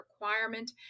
requirement